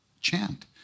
chant